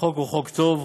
החוק הוא חוק טוב,